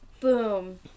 Boom